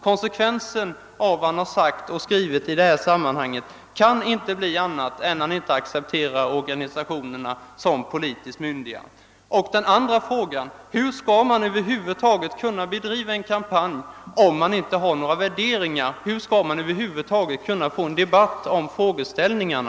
Konsekvensen av vad han har sagt och skrivit i detta sammanhang kan inte bli annat än att han inte accepterar organisationerna såsom politiskt myndiga. Till sist, herr Björck: Hur skall man över huvud taget kunna bedriva en kampanj, om man inte har några värderingar? Hur skall man då över huvud taget kunna få en debatt om frågeställningarna?